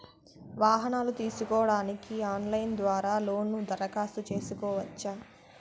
వాహనాలు తీసుకోడానికి ఆన్లైన్ ద్వారా లోను దరఖాస్తు సేసుకోవచ్చా?